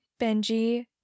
Benji